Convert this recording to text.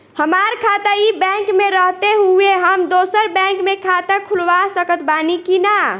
हमार खाता ई बैंक मे रहते हुये हम दोसर बैंक मे खाता खुलवा सकत बानी की ना?